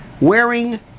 wearing